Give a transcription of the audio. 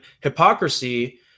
hypocrisy